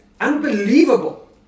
unbelievable